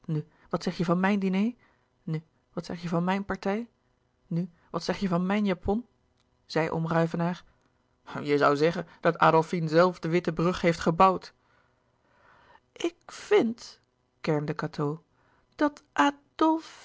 wat zeg je van m i j n diner nu wat zeg je van m i j n partij nu wat zeg je van m i j n japon zei oom ruyvenaer je zoû zeggen dat adolfine zelf de witte brug heeft gebouwd ik vind kermde cateau dat adlfine